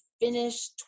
finish